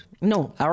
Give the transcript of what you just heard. No